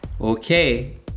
Okay